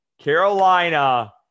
Carolina –